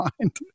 mind